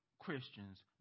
Christians